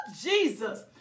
Jesus